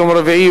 יום רביעי,